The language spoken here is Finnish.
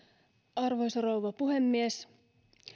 arvoisa rouva puhemies